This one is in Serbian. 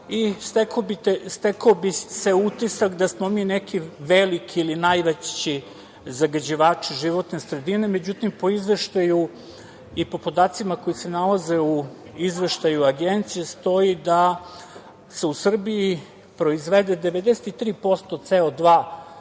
i stekao bi se utisak da smo mi neki veliki ili najveći zagađivači životne sredine. Međutim, po Izveštaju i po podacima koji se nalaze u Izveštaju Agencije stoji da se u Srbiji proizvede 93% CO2